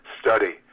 study